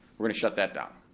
we're gonna shut that down,